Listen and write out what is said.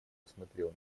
посмотрел